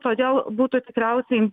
todėl būtų tikriausiai